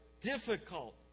difficult